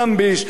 זמביש,